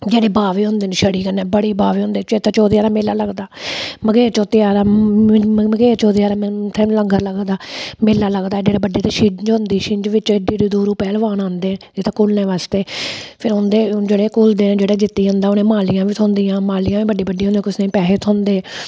जेह्ड़े बावे होंदे न छड़ी कन्नै बड़े बावे होंदे चेत्तर चौदेआ दा मेला लगदा मघेर चौतेआ दा मघेर चौदेआ दा उत्थै लंगर लगदा मेला लगदा एड्डे एड्डे बड्डे उत्थै छिंज होंदी छिंज बिच्च एड्डे एड्डे दूरूं पैह्लवान आंदे इत्थै घुलने वास्ते फिर उं'दे जेह्ड़े घुलदे न जेह्ड़ा जित्ती जांदा उ'नेंगी मालियां बी थ्होंदियां मालियां बी बड्डी बड्डी होंदियां कुसै गी पैहे थ्होंदे